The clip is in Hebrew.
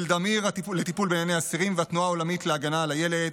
אל-דמיר לטיפול בענייני אסירים והתנועה העולמית להגנה על הילד.